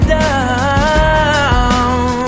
down